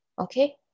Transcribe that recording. Okay